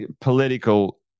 political